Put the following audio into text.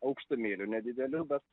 aukštumėlių nedidelių bet